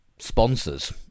sponsors